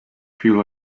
feel